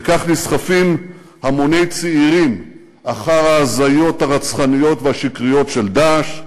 וכך נסחפים המוני צעירים אחר ההזיות הרצחניות והשקריות של "דאעש"